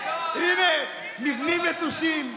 הינה, מבנים נטושים.